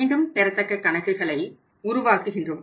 மீண்டும் பெறத்தக்க கணக்குகளளை உருவாக்குகிறோம்